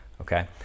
okay